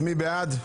מי בעד?